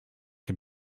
can